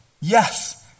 yes